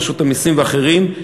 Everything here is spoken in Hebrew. רשות המסים ואחרים,